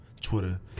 twitter